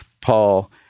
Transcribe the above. Paul